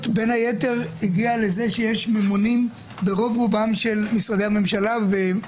בין היתר הביאה לזה שיש ממונים ברוב רובם של משרדי הממשלה,